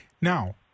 Now